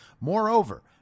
Moreover